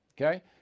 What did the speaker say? Okay